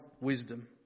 wisdom